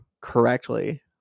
correctly